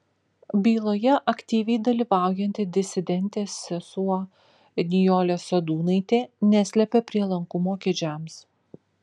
byloje aktyviai dalyvaujanti disidentė sesuo nijolė sadūnaitė neslepia prielankumo kedžiams